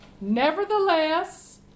Nevertheless